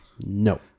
No